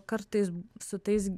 kartais su tais